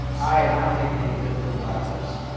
i had not taken any business classes.